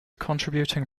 contributing